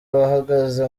bahagaze